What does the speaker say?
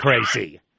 crazy